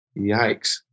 Yikes